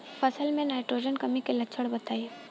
फसल में नाइट्रोजन कमी के लक्षण बताइ?